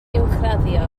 uwchraddio